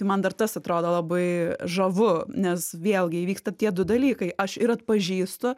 man dar tas atrodo labai žavu nes vėlgi įvyksta tie du dalykai aš ir atpažįstu